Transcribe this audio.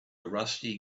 rusty